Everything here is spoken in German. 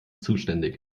zuständig